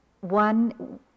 one